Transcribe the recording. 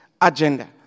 agenda